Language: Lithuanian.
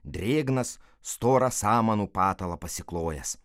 drėgnas storą samanų patalą pasiklojęs